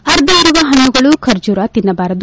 ಅರ್ಧ ಇರುವ ಹಣ್ಣುಗಳು ಖರ್ಜೂರ ತಿನ್ನಬಾರದು